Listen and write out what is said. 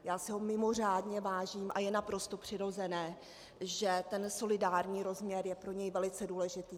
Já si ho mimořádně vážím a je naprosto přirozené, že ten solidární rozměr je pro něj velice důležitý.